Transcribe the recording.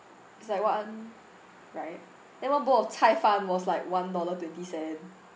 it's like one right then one bowl of cai fan was like one dollar twenty cent